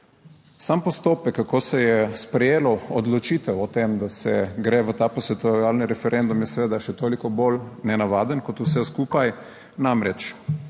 sam postopek, kako se je sprejelo odločitev o tem, da se gre v ta posvetovalni referendum je seveda še toliko bolj nenavaden, kot vse skupaj. Namreč,